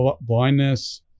blindness